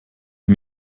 ich